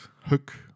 Hook